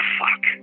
fuck